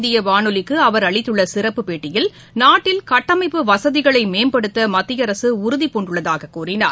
இந்தியவானொலிக்குஅவர் அகில அளித்துள்ளசிறப்புப்பேட்டியில் நாட்டில் கட்டமைப்பு வசதிகளைமேம்படுத்தமத்தியஅரசுஉறுதிபூண்டுள்ளதாககூறினார்